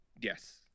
Yes